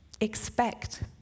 expect